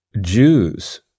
Jews